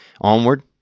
Onward